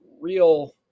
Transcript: real